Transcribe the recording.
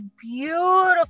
beautiful